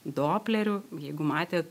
dopleriu jeigu matėt